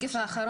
בסך הכול